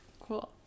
Cool